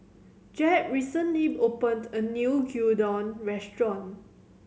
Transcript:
Jeb recently opened a new Gyudon Restaurant